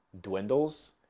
dwindles